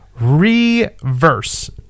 Reverse